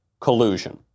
collusion